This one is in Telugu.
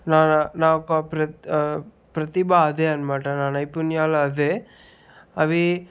నా నా నా యొక్క ప్రతి ప్రతిభ అదే అనమాట నా నైపుణ్యాలు అదే అవి